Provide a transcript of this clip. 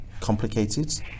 complicated